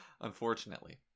Unfortunately